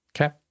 Okay